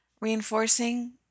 Reinforcing